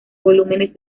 volúmenes